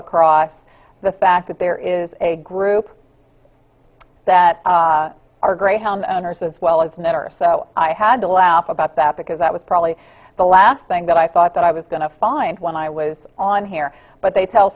across the fact that there is a group that our greyhound owners as well as men are so i had to laugh about that because that was probably the last thing that i thought that i was going to find when i was on here but they tell